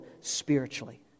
spiritually